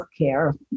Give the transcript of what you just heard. healthcare